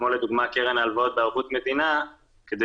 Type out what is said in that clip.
כמו לדוגמה קרן הלוואות לערבות מדינה כדי